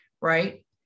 right